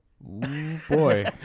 boy